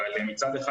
אבל מצד אחד,